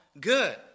good